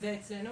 זה אצלנו.